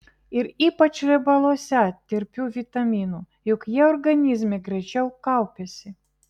ir ypač riebaluose tirpių vitaminų juk jie organizme greičiau kaupiasi